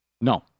No